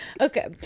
okay